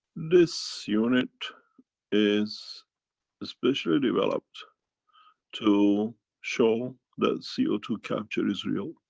this unit is ah specially developed to show that c o two capture is real.